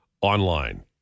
online